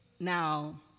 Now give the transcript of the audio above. Now